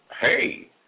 hey